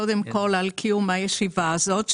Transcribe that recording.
קודם כל על קיום הישיבה הזאת.